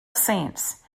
saints